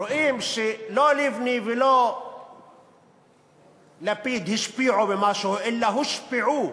רואים שלא לבני ולא לפיד השפיעו במשהו אלא הושפעו.